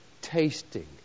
Tasting